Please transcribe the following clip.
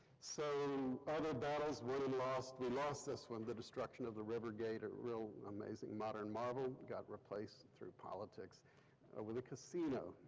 so other battles won and lost, we lost this one, the destruction of the rivergate, a real amazing modern marvel, got replaced through politics over the casino.